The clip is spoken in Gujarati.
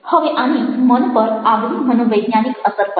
હવે આની મન પર આગવી મનોવૈજ્ઞાનિક અસર પડે છે